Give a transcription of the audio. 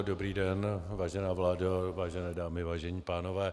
Dobrý den, vážená vládo, vážené dámy, vážení pánové.